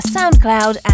SoundCloud